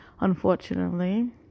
unfortunately